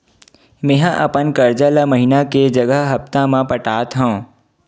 मेंहा अपन कर्जा ला महीना के जगह हप्ता मा पटात हव